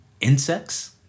insects